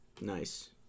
Nice